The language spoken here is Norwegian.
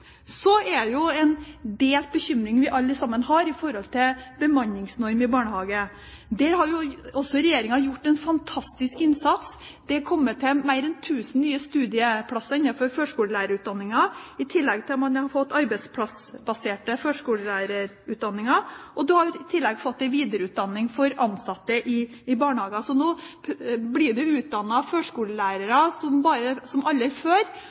Så er det en bekymring vi alle deler. Det gjelder bemanningsnivået i barnehagene. Også der har regjeringen gjort en fantastisk innsats. Det er kommet til mer enn 1 000 nye studieplasser innenfor førskolelærerutdanningen, i tillegg til at man har fått arbeidsplassbaserte førskolelærerutdanninger og videreutdanning for ansatte i barnehager. Så nå blir det utdannet førskolelærere som aldri før, og i løpet av 2012 regner man med at man vil være oppe på den normen som